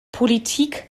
politik